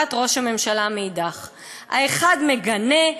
תגובת ראש הממשלה מאידך גיסא: האחד מגנה,